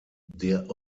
der